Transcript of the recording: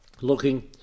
looking